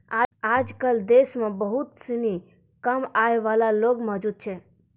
आजकल देश म बहुत सिनी कम आय वाला लोग मौजूद छै